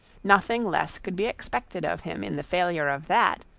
nothing less could be expected of him in the failure of that,